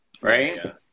right